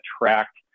attract